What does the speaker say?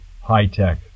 high-tech